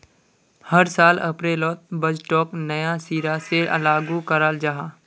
हर साल अप्रैलोत बजटोक नया सिरा से लागू कराल जहा